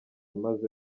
maze